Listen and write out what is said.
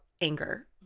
anger